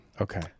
Okay